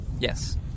Yes